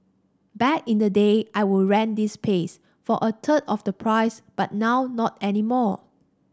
back in the day I would rent this place for a third of the price but now not anymore